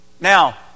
Now